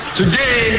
today